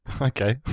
Okay